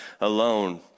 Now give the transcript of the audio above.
alone